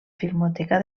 filmoteca